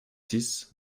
six